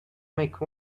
make